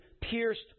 pierced